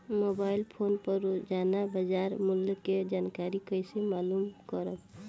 Mobile phone पर रोजाना बाजार मूल्य के जानकारी कइसे मालूम करब?